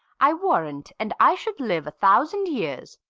i warrant, an i should live a thousand yeas,